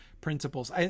principles